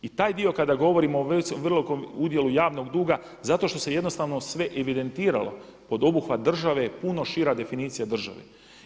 I taj dio kada govorimo o udjelu javnoga duga zato što se jednostavno sve evidentiralo pod obuhvat države je puno šira definicija države.